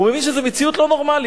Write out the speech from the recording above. הוא מבין שזאת מציאות לא נורמלית.